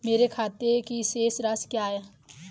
मेरे खाते की शेष राशि क्या है?